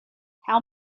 how